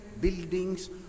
buildings